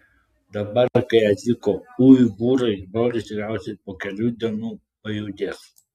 dabar kai atvyko uigūrai brolis tikriausiai po kelių dienų pajudės